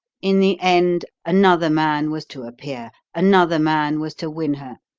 in the end, another man was to appear, another man was to win her,